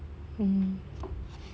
mm